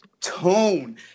tone